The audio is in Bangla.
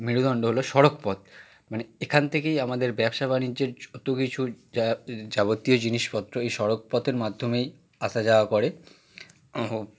মেরুদণ্ড হলো সড়ক পথ মানে এখান থেকেই আমাদের ব্যবসা বাণিজ্যের যতো কিছু যা যাবতীয় জিনিসপত্র এই সড়ক পথের মাধ্যমেই আসা যাওয়া করে